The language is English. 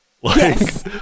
yes